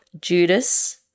Judas